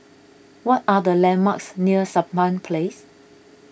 what are the landmarks near Sampan Place